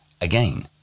Again